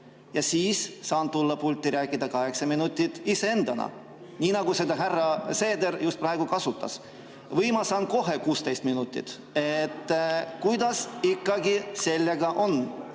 ja siis saan tulla pulti rääkida kaheksa minutit iseendana, nii nagu seda härra Seeder just praegu kasutas, või ma saan kohe 16 minutit? Kuidas sellega